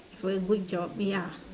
for a good job ya